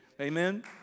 Amen